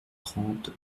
trente